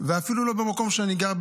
ואפילו לא במקום שאני גר,